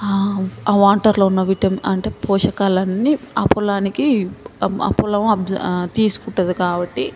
ఆ వాటర్లో ఉన్న విటమి అంటే పోషకాలన్నీ ఆ పొలానికి ఆ పొలం అబ్సా ఆ తీసుకుంటుంది కాబట్టి